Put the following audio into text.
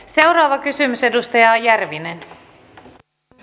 seuraava kysymys edustaja järvinen